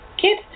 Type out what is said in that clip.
kid